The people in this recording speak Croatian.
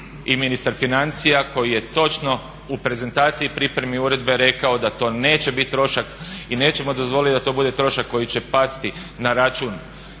i ministar financija koji je točno u prezentaciji i pripremi uredbe rekao da to neće biti trošak i nećemo dozvolit da to bude trošak koji će pasti na račun